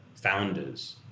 founders